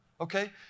okay